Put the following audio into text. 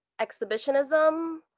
exhibitionism